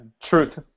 truth